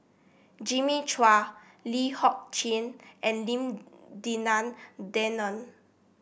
Jimmy Chua Lee Kong Chian and Lim Denan Denon